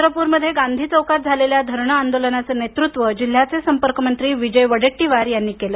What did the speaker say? चंद्रपूरमध्ये गांधी चौकात झालेल्या धरणे आंदोलनाचं नेतृत्व जिल्ह्याचे संपर्कमंत्री विजय वडेट्टीवार यांनी केलं